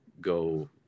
go